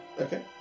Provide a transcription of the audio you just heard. okay